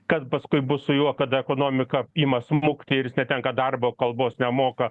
kas paskui bus su juo kada ekonomika ima smukti ir jis netenka darbo kalbos nemoka